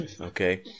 Okay